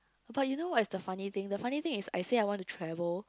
but you know what is the funny thing the funny thing is I said I want to travel